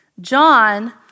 John